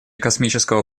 космического